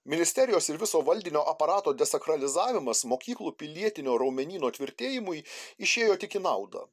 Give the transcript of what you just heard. ministerijos ir viso valdinio aparato desakralizavimas mokyklų pilietinio raumenyno tvirtėjimui išėjo tik į naudą